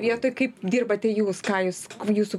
vietoj kaip dirbate jūs ką jūs jūsų